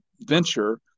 venture